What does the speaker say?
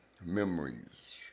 Memories